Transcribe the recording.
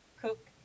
cook